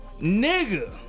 Nigga